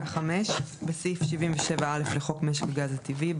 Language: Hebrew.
(5)בסעיף 77(א) לחוק משק הגז הטבעי,